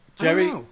Jerry